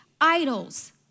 idols